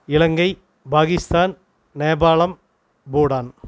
Ilangai Pakistan Nepalam Bhutan